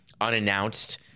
unannounced